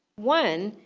one,